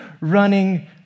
running